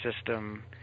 system